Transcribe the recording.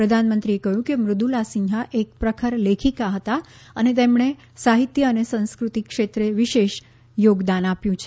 પ્રધાનમંત્રીએ કહ્યું કે મૃદ્દલા સિંહા એક પ્રખર લેખિકા હતા અને તેમણે સાહિત્ય અને સંસ્કૃતિ ક્ષેત્રે વિશેષ થોગદાન આપ્યું છે